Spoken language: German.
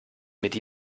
mit